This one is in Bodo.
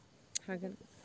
हागोन